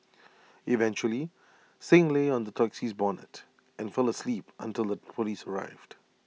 eventually Singh lay on the taxi's bonnet and fell asleep until the Police arrived